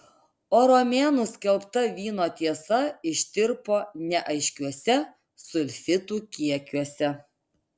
o romėnų skelbta vyno tiesa ištirpo neaiškiuose sulfitų kiekiuose